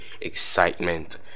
excitement